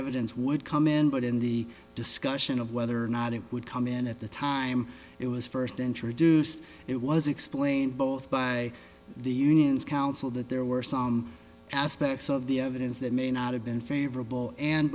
evidence would come in but in the discussion of whether or not it would come in at the time it was first introduced it was explained both by the union's counsel that there were some aspects of the evidence that may not have been favorable and